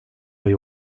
ayı